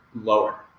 Lower